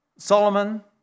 Solomon